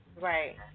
Right